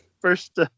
first